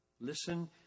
Listen